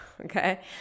okay